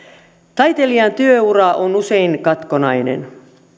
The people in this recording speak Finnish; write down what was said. taiteilijan työura on usein katkonainen